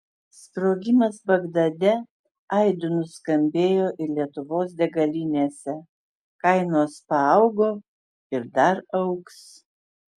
sprogimas bagdade aidu nuskambėjo ir lietuvos degalinėse kainos paaugo ir dar augs